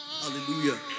Hallelujah